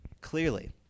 clearly